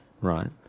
right